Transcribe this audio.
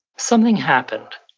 something happened.